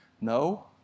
No